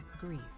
Grief